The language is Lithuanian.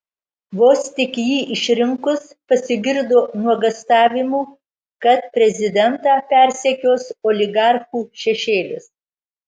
vos tik jį išrinkus pasigirdo nuogąstavimų kad prezidentą persekios oligarchų šešėlis